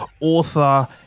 author